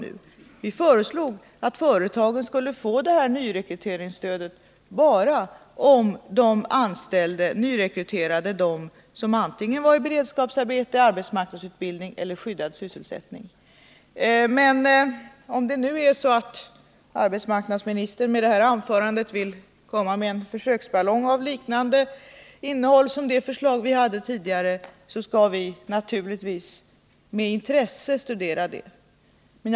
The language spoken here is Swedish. Vi föreslog att en förutsättning för att företagen skulle få detta nyrekryteringsstöd skulle vara att de nyrekryterade dem som antingen hade beredskapsarbete, genomgick arbetsmarknadsutbildning, hade skyddad sysselsättning eller var anmälda som arbetssökande på arbetsförmedlingen. Om arbetsmarknadsministern med detta anförande vill komma med en försöksballong och föreslå något liknande det förslag vi tidigare förde fram, skall vi naturligtvis med intresse studera frågan.